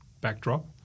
backdrop